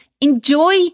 Enjoy